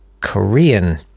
Korean